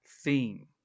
theme